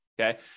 Okay